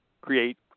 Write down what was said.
create